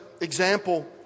example